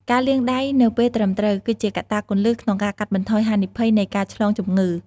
ការលាងដៃនៅពេលត្រឹមត្រូវ គឺជាកត្តាគន្លឹះក្នុងការកាត់បន្ថយហានិភ័យនៃការឆ្លងជំងឺ។